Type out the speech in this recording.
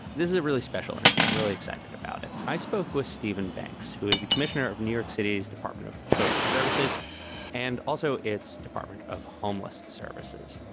this is a really special interview. i'm really excited about it. i spoke with steven banks, who is the commissioner of new york city's department of social services and also its department of homeless services.